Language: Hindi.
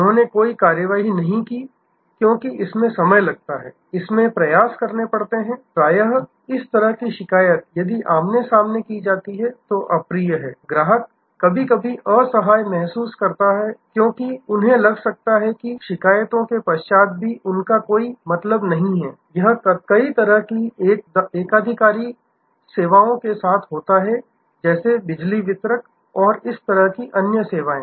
उन्होंने कोई कार्रवाई नहीं की क्योंकि इसमें समय लगता है इसमें प्रयास करने पड़ते हैं प्रायः इस तरह की शिकायत यदि आमने सामने की जाती है तो अप्रिय है ग्राहक कभी कभी असहाय महसूस कर सकता है क्योंकि उन्हें लग सकता है कि शिकायतों के पश्चात भी उनका कोई मतलब नहीं है यह कई तरह की एकाधिकारवादी सेवाओं के साथ होता है जैसे बिजली वितरक और इसी तरह की अन्य सेवाएं